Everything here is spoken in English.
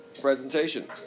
presentation